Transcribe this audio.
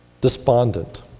despondent